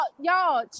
Y'all